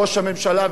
ראש הממשלה.